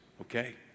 Okay